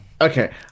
Okay